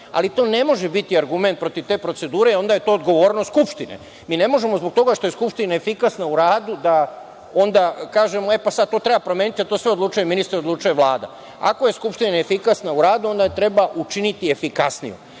ali to ne može biti argument protiv te procedure i onda je to odgovornost Skupštine. Mi ne možemo zbog toga što je Skupština efikasna u radu da onda kažemo – e, pa sad to treba promeniti, a o tome svemu odlučuje ministar, odlučuje Vlada. Ako je Skupština neefikasna u radu, onda je treba učiniti efikasnijom,